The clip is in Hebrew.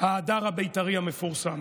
ההדר הבית"רי המפורסם,